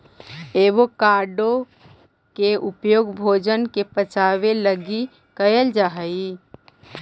avocado के उपयोग भोजन के पचाबे लागी कयल जा हई